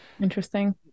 interesting